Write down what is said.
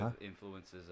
influences